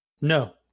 no